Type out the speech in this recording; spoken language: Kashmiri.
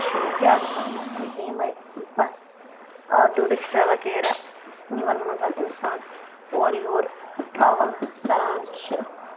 ییٚتہِ چھِ زیادٕ پہمَتھ یِمَے بَس آٹوٗ رِکشا وغیرہ یِمن منٛز اِنسان اورٕ یور ٹرٛاوٕل کَران چھِ